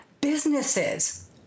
businesses